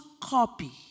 copy